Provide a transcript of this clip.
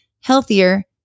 healthier